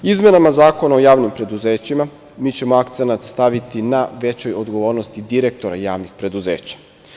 Izmenama Zakona o javnim preduzećima, mi ćemo akcenat staviti na većoj odgovornosti direktora javnih preduzeća.